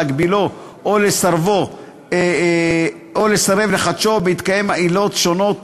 להגבילו או לסרב לחדשו בהתקיים עילות שונות,